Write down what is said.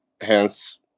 hence